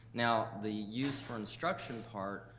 now the use for instruction part,